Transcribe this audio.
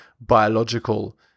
biological